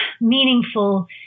meaningful